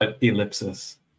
Ellipsis